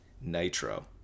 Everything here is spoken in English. Nitro